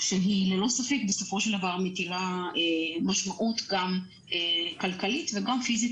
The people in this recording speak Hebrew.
המדיניות ללא ספק בסופו של דבר מטילה משמעות כלכלית ופיזית